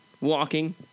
walking